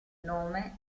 nome